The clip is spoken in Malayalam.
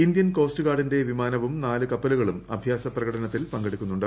ഇന്ത്യൻ കോസ്റ്റ് ഗാർഡിന്റെ വിമാനവും നാല് കപ്പലുകളും അഭ്യാസ പ്രകടനത്തിൽ പങ്കെടുക്കുന്നുണ്ട്